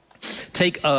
take